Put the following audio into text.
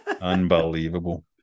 Unbelievable